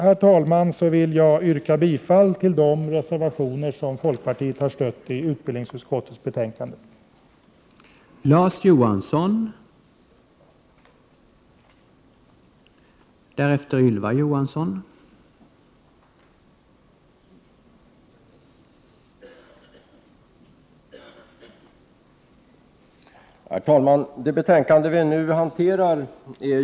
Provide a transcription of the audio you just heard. Med detta vill jag yrka bifall till de reservationer som folkpartiet har ställt sig bakom i utbildningsutskottets betänkande 11.